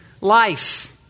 life